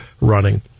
running